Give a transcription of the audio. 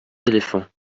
éléphants